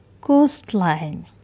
coastline